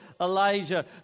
Elijah